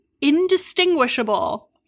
indistinguishable